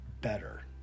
better